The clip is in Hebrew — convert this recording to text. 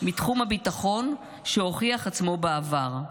מתחום הביטחון, שהוכיח עצמו בעבר.